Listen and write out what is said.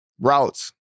Routes